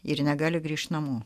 ir negali grįžt namo